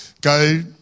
go